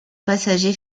passagers